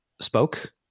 spoke